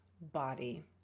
body